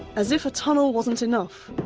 as if a tunnel wasn't enough,